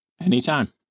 anytime